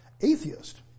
atheist